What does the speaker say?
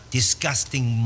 disgusting